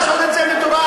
נעשה את זה מדורג,